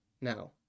now